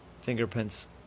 fingerprints